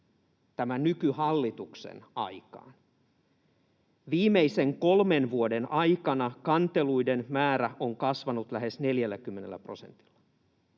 tämän nykyhallituksen aikaan. Viimeisen kolmen vuoden aikana kanteluiden määrä on kasvanut lähes 40 prosentilla,